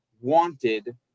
wanted